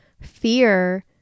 fear